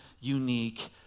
unique